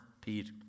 Peter